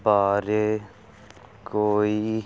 ਬਾਰੇ ਕੋਈ